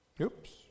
Oops